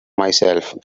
myself